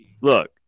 look